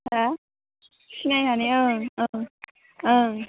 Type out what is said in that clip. हा सिनायनानै ओं ओं ओं